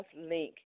link